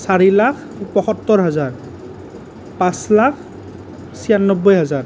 চাৰি লাখ পয়সত্তৰ হাজাৰ পাঁচ লাখ ছিয়ানব্বৈ হাজাৰ